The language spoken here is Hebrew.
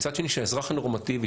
מצד שני שהאזרח הנורמטיבי,